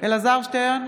אלעזר שטרן,